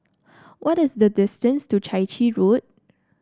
what is the distance to Chai Chee Road